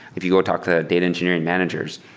if you go talk to data engineering managers,